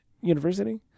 university